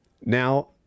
now